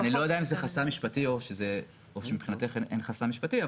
אני לא יודע אם זה חסם משפטי או שמבחינתך אין חסם משפטי.